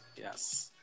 Yes